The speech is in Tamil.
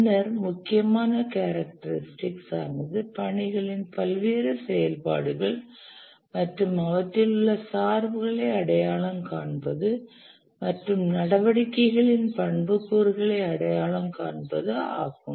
பின்னர் முக்கியமான கேரக்டரிஸ்டிகஸ் ஆனது பணிகளின் பல்வேறு செயல்பாடுகள் மற்றும் அவற்றில் உள்ள சார்புகளை அடையாளம் காண்பது மற்றும் நடவடிக்கைகளின் பண்புக்கூறுகளை அடையாளம் காண்பது ஆகும்